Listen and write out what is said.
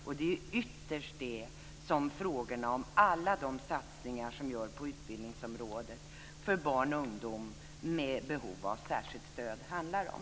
Ytterst är det detta som frågorna om alla de satsningar som görs på utbildningsområdet för barn och ungdom med särskilt stöd handlar om.